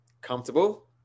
comfortable